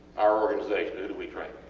our organization, who do we train?